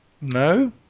No